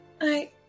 I-